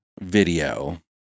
video